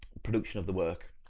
production of the work,